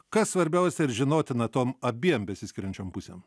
kas svarbiausia ir žinotina tom abiem besiskiriančiom pusėm